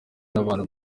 n’abantu